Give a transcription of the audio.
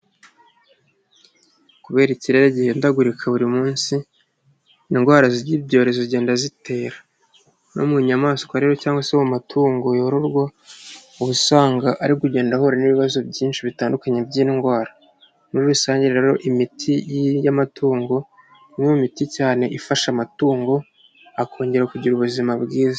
Kubera ikirere gihindagurika buri munsi, indwara z'ibyorezo zigenda zitera, no mu nyamaswa rero cyangwa se mu matungo yororwa, usanga ari kugenda ahura n'ibibazo byinshi bitandukanye by'indwara, muri rusange rero imiti y'amatungo imwe mu miti cyane ifasha amatungo akongera kugira ubuzima bwiza.